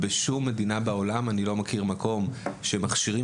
אני לא מכיר שום מדינה בעולם שבו מכשירים